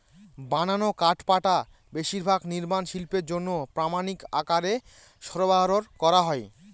বানানো কাঠপাটা বেশিরভাগ নির্মাণ শিল্পের জন্য প্রামানিক আকারে সরবরাহ করা হয়